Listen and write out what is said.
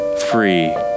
free